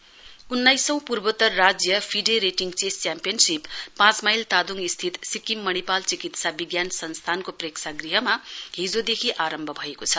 chess उन्नाइसौं पूर्वोत्तर राज्य फिडे रेटिङ चेस च्याम्पियानशीप पाँच माइल तादोङ स्थित सिक्किम मणिपाल चिकित्सा विज्ञान संस्थानको प्रेक्षागृहमा हिजोदेखि आरम्भ भएको छ